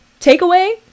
takeaway